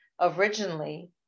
originally